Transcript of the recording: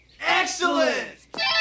Excellent